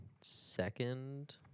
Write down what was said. second